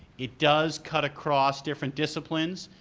it does cut across different disciplines,